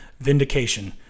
vindication